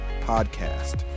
podcast